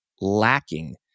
lacking